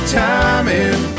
timing